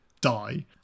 die